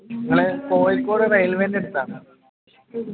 ഞങ്ങൾ കോഴിക്കോട് റെയിൽവേയുടെ അടുത്താണ്